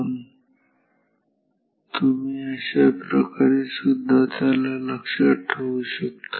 पण तुम्ही अशाप्रकारे सुद्धा त्याला लक्षात ठेवू शकता